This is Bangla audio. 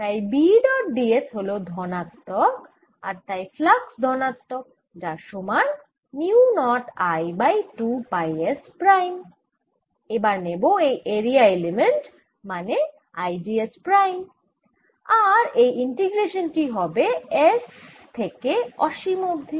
তাই B ডট d s হল ধনাত্মক আর তাই ফ্লাক্স ধনাত্মক যার সমান mu naught I by 2 pi s prime তারপর নেব এই এরিয়া এলিমেন্ট মানে l d s প্রাইম আর এই ইন্টিগ্রেশান টি হবে s থেকে অসীম অবধি